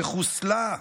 ש"חוסלה"